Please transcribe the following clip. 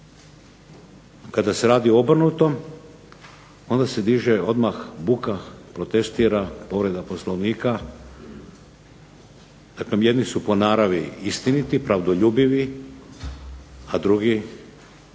Kada se radi o obrnutom onda se diže odmah buka, protestira, povreda Poslovnika. Dakle, jedni su po naravi istiniti, pravdoljubljivi, a drugi